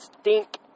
stink